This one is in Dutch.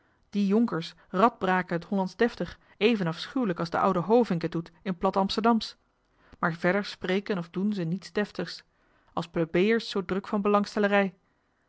die jonkers radbraken het hollandsch deftig even afschuwelijk als de oude hovink het doet in plat amsterdamsch maar verder spreken of doen ze niets deftig als plebejers zoo druk van